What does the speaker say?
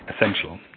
essential